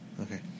Okay